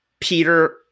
Peter